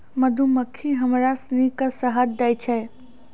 मधुमक्खी हमरा सिनी के शहद दै छै